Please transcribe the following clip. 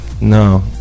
No